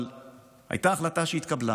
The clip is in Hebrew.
אבל הייתה החלטה שהתקבלה